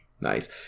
Nice